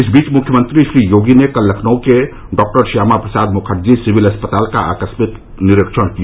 इस बीच मुख्यमंत्री श्री योगी ने कल लखनऊ के डॉक्टर श्यामा प्रसाद मुखर्जी सिविल अस्पताल का आकस्मिक निरीक्षण किया